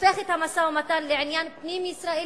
הופך את המשא-ומתן לעניין פנים-ישראלי,